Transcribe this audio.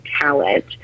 talent